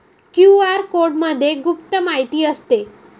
QR कोडमध्ये गुप्त माहिती असते